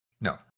No